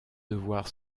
devoir